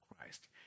Christ